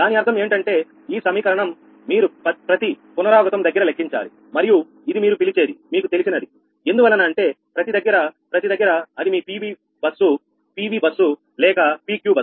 దాని అర్థం ఏంటంటే ఈ సమీకరణం మీరు ప్రతి పునరావృతం దగ్గర లెక్కించాలి మరియు ఇది మీరు పిలిచేది మీకు తెలిసినది ఎందువలన అంటే ప్రతి దగ్గర ప్రతి దగ్గర అది మీ PV బస్సు లేక PQ బస్సు